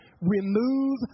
remove